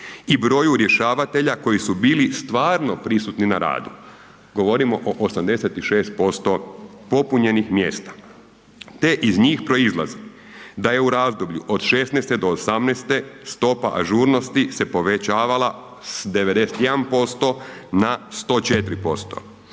i broju rješavatelja koji su bili stvarno prisutni na radu, govorimo o 86% popunjenih mjesta, te iz njih proizlazi da je u razdoblju od '16. do '18. stopa ažurnosti se povećavala s 91% na 104%,